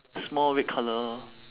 small red colour